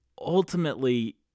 Ultimately